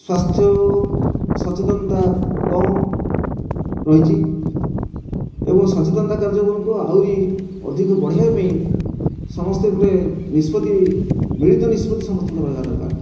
ସ୍ଵାସ୍ଥ୍ୟ ଓ ସଚେତନତା କମ୍ ରହିଛି ଏବଂ ସଚେତନତା କାର୍ଯ୍ୟକ୍ରମକୁ ଆହୁରି ଅଧିକ ବଢ଼ାଇବାପାଇଁ ସମସ୍ତେ ଗୋଟିଏ ନିଷ୍ପତ୍ତି ମିଳିତ ନିଷ୍ପତ୍ତି ସମସ୍ତଙ୍କର ରହିବା ଦରକାର